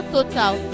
Total